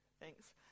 thanks